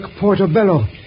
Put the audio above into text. Portobello